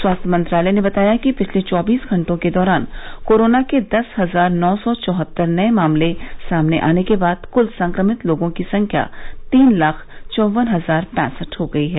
स्वास्थ्य मंत्रालय ने बताया है कि पिछले चौबीस घंटों के दौरान कोरोना के दस हजार नौ सौ चौहत्तर नए मामले सामने आने के बाद क्ल संक्रमित लोगों की संख्या तीन लाख चौवन हजार पैंसठ हो गई है